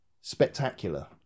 spectacular